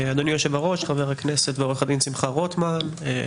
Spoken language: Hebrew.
חבר הכנסת ועו"ד שמחה רוטמן,